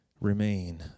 remain